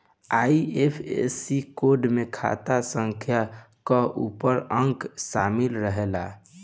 IFSC code में खाता संख्या कअ पांच अंक शामिल रहेला